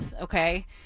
okay